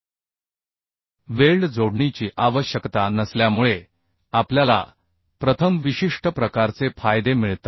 आपण प्रथम पाहतो विशिष्ट प्रकारचे फायदे आपल्याला प्रथम मिळतात कारण वेल्ड कनेक्शनला प्लेटमध्ये कोणत्याही छिद्राची आवश्यकता नसते